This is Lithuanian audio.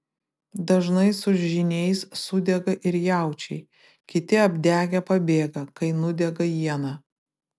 dažnai su žyniais sudega ir jaučiai kiti apdegę pabėga kai nudega iena